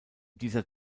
dieser